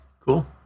Cool